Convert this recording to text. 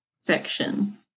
section